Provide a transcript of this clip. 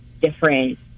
different